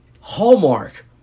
hallmark